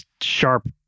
sharp